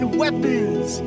weapons